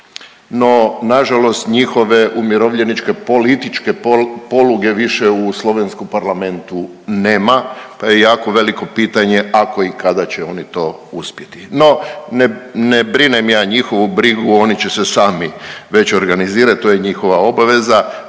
no na žalost njihove umirovljeničke političke poluge više u slovenskom Parlamentu nema, pa je jako veliko pitanje ako i kada će oni to uspjeti. No, ne brinem ja njihovu brigu, oni će se sami već organizirati, to je njihova obaveza.